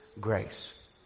grace